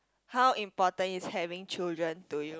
how important is having children to you